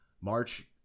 March